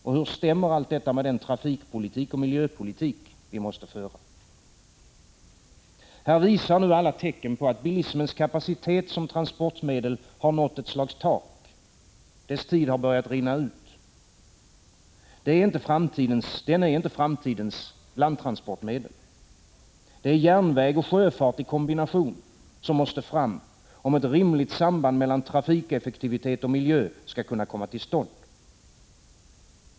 Och hur stämmer allt detta med den trafikpolitik och miljöpolitik vi måste föra? Här visar nu alla tecken på, att bilismens kapacitet som transportmedel har nått ett slags tak. Dess tid har börjat rinna ut. Den är inte framtidens landtransportmedel. Det är järnväg och sjöfart i kombination som måste fram, om ett rimligt samband mellan trafikeffektivitet och miljö skall kunna komma till stånd.